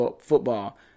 football